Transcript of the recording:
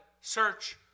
search